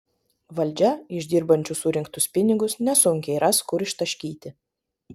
valdžia iš dirbančių surinktus pinigus nesunkiai ras kur ištaškyti